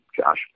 Josh